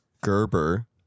Gerber